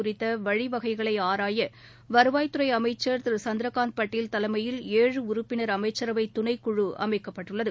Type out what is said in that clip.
குறித்த வழிவகைகளை ஆராய வருவாய்த்துறை அமைச்சர் திரு சந்திரகாந்த் பட்டீல் தலைமையில் ஏழு உறுப்பினர் அமைச்சரவை துணைக்குழு அமைக்கப்பட்டுள்ளது